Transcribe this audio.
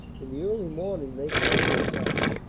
in the early morning they counter-attacked,